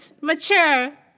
mature